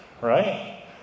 right